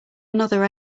another